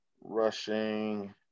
rushing